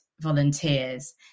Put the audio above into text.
volunteers